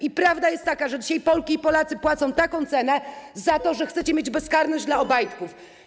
I prawda jest taka, że dzisiaj Polki i Polacy płacą taką cenę za to, że chcecie mieć bezkarność dla Obajtków.